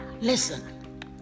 Listen